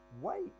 Wait